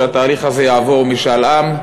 שהתהליך הזה יעבור משאל עם.